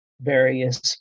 various